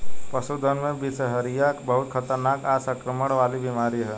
पशुधन में बिषहरिया बहुत खतरनाक आ संक्रमण वाला बीमारी ह